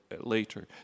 Later